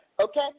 Okay